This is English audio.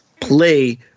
play